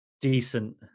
decent